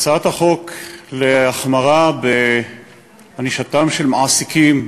הצעת החוק להחמרה בענישתם של מעסיקים,